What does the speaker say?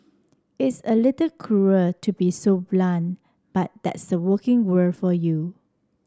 it's a little cruel to be so blunt but that's the working world for you